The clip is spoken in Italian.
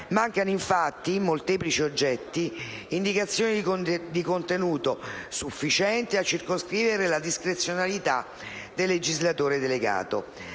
Mancano infatti - in molteplici oggetti - indicazioni dì contenuto sufficienti a circoscrivere la discrezionalità del legislatore delegato.